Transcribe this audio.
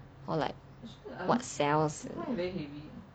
or like what cells